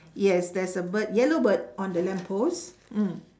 yes there's a bird yellow bird on the lamp post mm